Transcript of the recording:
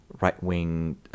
right-wing